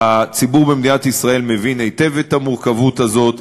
הציבור במדינת ישראל מבין היטב את המורכבות הזאת,